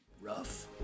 Rough